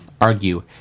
argue